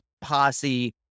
posse